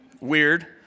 weird